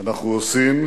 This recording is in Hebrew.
שאנחנו עושים,